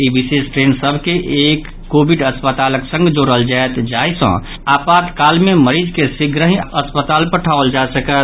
ई विशेष ट्रेन सभ के एक कोविड अस्पतालक संग जोड़ल जायत जाहि सँ आपातकाल मे मरीज के शीघ्रहि अस्पताल पठाओल जा सकय